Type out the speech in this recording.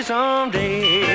Someday